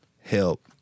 Help